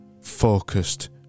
focused